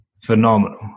phenomenal